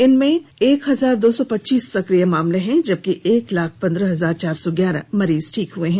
इनमें एक हजार दो सौ पचीस सक्रिय केस हैं जबकि एक लाख पंद्रह हजार चार सौ ग्यारह मरीज ठीक हुए हैं